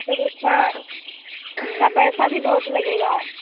फिर इसका इसका पैसा भी बहुत लगेगा